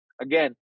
again